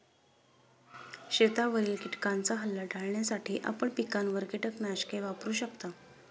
शेतावरील किटकांचा हल्ला टाळण्यासाठी आपण पिकांवर कीटकनाशके वापरू शकता